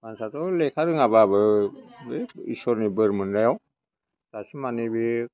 मानसियाथ' लेखा रोङाबाबो बे ईस्वरनि बोर मोन्नायाव सासे माने बियो